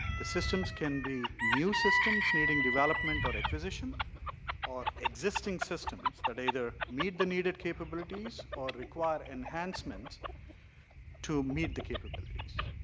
the systems can be new systems needing development or acquisition or existing systems either meet the needed capabilities or require enhancement to meet the capabilities.